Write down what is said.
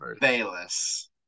Bayless